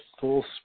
full